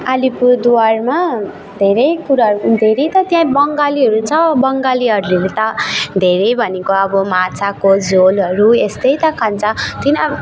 अलिपुरद्वारमा धेरै कुराहरू धेरै त त्यहाँ बङ्गालीहरू छ बङ्गालीहरूले बट धेरै भनेको अब माछाको झोलहरू यस्तै त खान्छ तिन